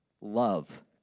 love